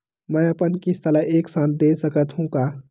मै अपन किस्त ल एक साथ दे सकत हु का?